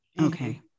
Okay